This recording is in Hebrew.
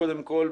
קודם כל,